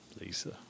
Lisa